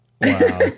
Wow